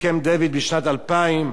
בשנת 2000,